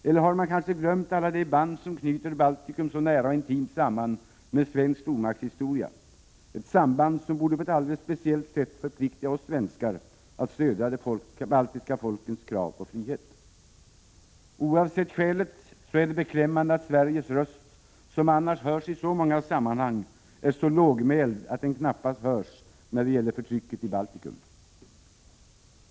Eller har man kanske glömt alla de band som knyter Balticum så nära och intimt samman med svensk stormaktshistoria — ett samband som borde på ett alldeles speciellt sätt förplikta oss svenskar att stödja de baltiska folkens krav på frihet. Oavsett skälet är det beklämmande att Sveriges röst, som annars hörs i så många sammanhang, är så lågmäld att den knappast hörs när det gäller förtrycket i Balticum.